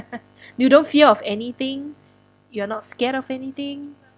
you don't fear of anything you're not scared of anything